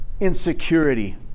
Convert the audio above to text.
insecurity